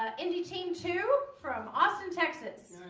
ah indie team two from austin texas